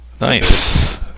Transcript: Nice